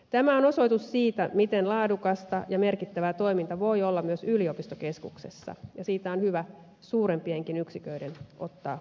tämä on osoitus siitä miten laadukasta ja merkittävää toiminta voi olla myös yliopistokeskuksessa ja siitä on hyvä suurempienkin yksiköiden ottaa oppia